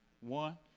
One